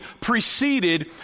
preceded